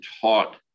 taught